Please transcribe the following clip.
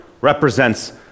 represents